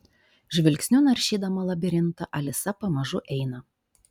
žvilgsniu naršydama labirintą alisa pamažu eina